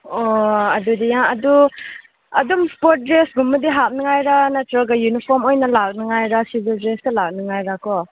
ꯑꯣ ꯑꯗꯨꯗꯤ ꯑꯗꯨ ꯑꯗꯨꯝ ꯏꯁꯄꯣꯔꯠ ꯗ꯭ꯔꯦꯁꯀꯨꯝꯕꯗꯤ ꯍꯥꯞꯅꯤꯡꯉꯥꯏꯔꯥ ꯅꯠꯇ꯭ꯔꯒ ꯌꯨꯅꯤꯐꯣꯝ ꯑꯣꯏꯅ ꯂꯥꯛꯅꯤꯡꯉꯥꯏꯔꯥ ꯁꯤꯕꯤꯜ ꯗ꯭ꯔꯦꯁꯇꯥ ꯂꯥꯛꯅꯤꯡꯉꯥꯏꯔꯥꯀꯣ